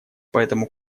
поэтому